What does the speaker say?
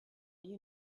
you